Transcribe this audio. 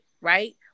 right